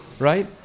Right